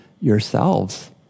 yourselves